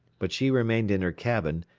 but she remained in her cabin,